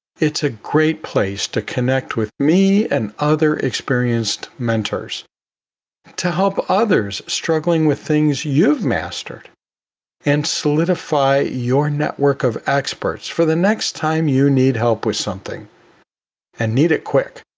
it's a great place to connect with me and other experienced mentors to help others struggling with things you've mastered and solidify your network of experts for the next time you need help with something and need it quick.